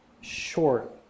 short